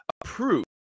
approved